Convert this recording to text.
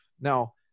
Now